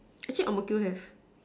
actually ang-mo-kio have